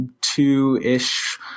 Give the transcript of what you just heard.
two-ish